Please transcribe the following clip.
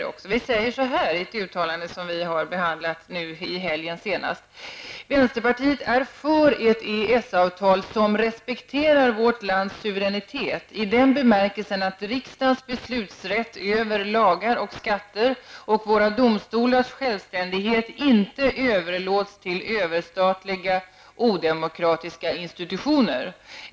Vi i vänsterpartiet säger följande i ett uttalande som vi senast nu i helgen har behandlat: ''Vänsterpartiet är för ett EES-avtal som respekterar vårt lands suveränitet, i den bemärkelsen att riksdagens beslutsrätt över lagar och skatter och våra domstolars självständighet inte överlåts till överstatliga, odemokratiska institutioner.